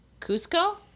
Cusco